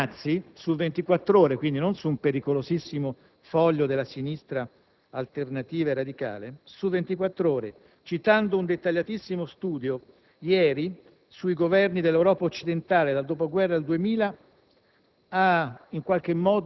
Piero Ignazi, su «Il Sole 24 Ore», quindi, non su un pericolosissimo foglio della sinistra alternativa e radicale, citando un dettagliatissimo studio sui Governi dell'Europa occidentale dal dopoguerra al 2000,